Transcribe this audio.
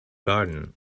garden